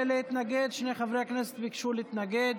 שני חברי כנסת ביקשו להתנגד.